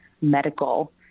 medical